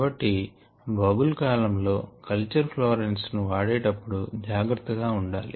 కాబట్టి bubble column లో culture fluorescence ను వాడేటప్పుడు జాగ్రత్తగా ఉండాలి